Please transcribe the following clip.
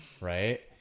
right